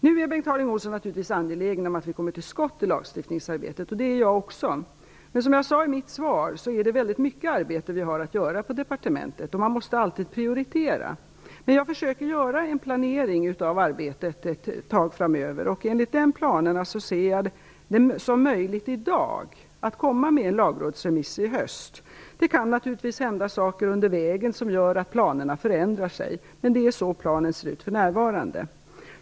Nu är Bengt Harding Olson naturligtvis angelägen om att vi kommer till skott i lagstiftningsarbetet. Det är jag också. Men som jag sade i mitt svar är det väldigt mycket arbete vi har att göra på departementet. Man måste alltid prioritera, men jag försöker göra en planering av arbetet ett tag framöver. Enligt de planerna ser jag det i dag som möjligt att komma med en lagrådsremiss i höst. Det kan naturligtvis hända saker under vägen som gör att planerna förändras, men det är så här planen för närvarande ser ut.